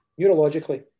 Neurologically